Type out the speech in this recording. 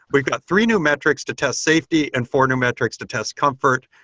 we got three new metrics to test safety and four new metrics to test comfort,